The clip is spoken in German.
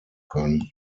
können